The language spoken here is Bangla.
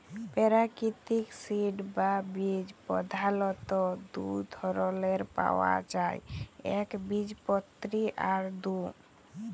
পেরাকিতিক সিড বা বীজ পধালত দু ধরলের পাউয়া যায় একবীজপত্রী আর দু